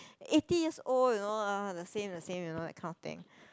eighty years old you know ah the same the same like that kind of thing